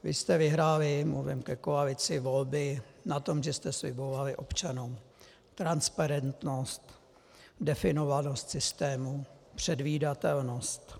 Vy jste vyhráli mluvím ke koalici volby na tom, že jste slibovali občanům transparentnost, definovanost systému, předvídatelnost.